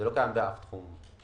זה לא קיים באף תחום אחר.